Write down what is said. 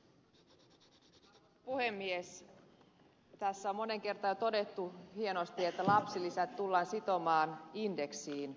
tässä on moneen kertaan jo todettu hienosti että lapsilisät tullaan sitomaan indeksiin